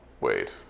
Wait